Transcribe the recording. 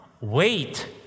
Wait